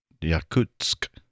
Yakutsk